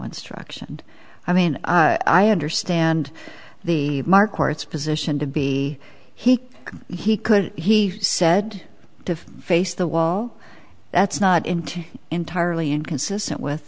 instruction i mean i understand the mark or it's position to be he he could he said to face the wall that's not in two entirely inconsistent with